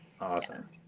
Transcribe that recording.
Awesome